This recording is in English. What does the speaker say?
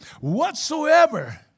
whatsoever